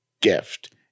gift